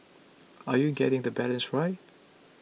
are you getting the balance right